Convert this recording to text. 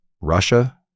Russia